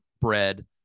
bread